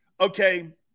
okay